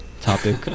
topic